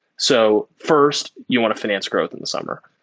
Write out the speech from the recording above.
so first, you want to finance growth in the summer.